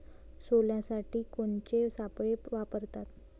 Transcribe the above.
सोल्यासाठी कोनचे सापळे वापराव?